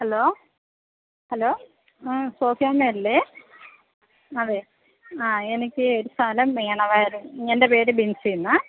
hello hello സോഫിയാമ്മ അല്ലേ അതെ ആ എനിക്കെ ഒരു സ്ഥലം വേണമായിരുന്നു എൻ്റെ പേര് ബിൻസി എന്നാ